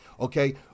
okay